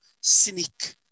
Cynic